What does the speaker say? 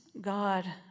God